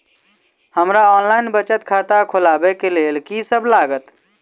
हमरा ऑनलाइन बचत खाता खोलाबै केँ लेल की सब लागत?